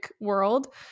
world